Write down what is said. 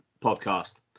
podcast